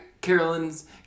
Carolyn's